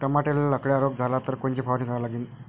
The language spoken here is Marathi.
टमाट्याले लखड्या रोग झाला तर कोनची फवारणी करा लागीन?